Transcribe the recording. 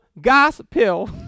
gospel